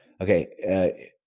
Okay